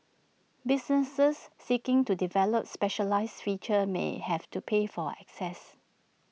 businesses seeking to develop specialised features may have to pay for access